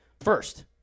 First